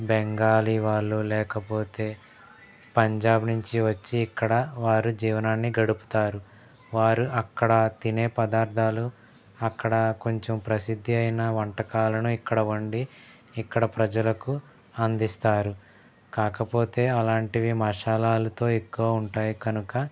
బెంగాలీ వాళ్ళు లేకపోతే పంజాబ్ నుంచి వచ్చి ఇక్కడ వారు జీవనాన్ని గడుపుతారు వారు అక్కడ తినే పదార్ధాలు అక్కడ కొంచెం ప్రసిద్ధి అయినా వంటకాలను ఇక్కడ వండి ఇక్కడ ప్రజలకు అందిస్తారు కాకపోతే అలాంటివి మసాలాలతో ఎక్కువ ఉంటాయి కనుక